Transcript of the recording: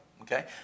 Okay